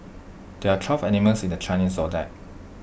there are twelve animals in the Chinese Zodiac